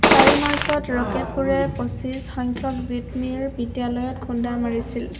চাৰি মাৰ্চত ৰকেটবোৰে পঁচিছ সংখ্যক জিট'মিৰ বিদ্যালয়ত খুন্দা মাৰিছিল